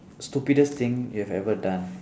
stupidest thing you have ever done